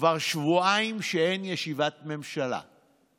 כבר שבועיים שאין ישיבת ממשלה,